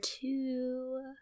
two